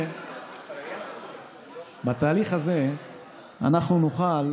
בתהליך אנחנו נוכל